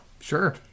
sure